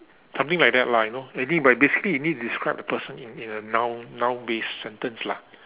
something like that lah you know maybe but basically you need to describe the person in in a noun noun based sentence lah